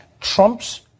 Trump's